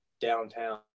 downtown